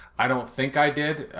i don't think i did,